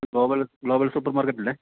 global global സൂപ്പർമാർക്കറ്റല്ലേ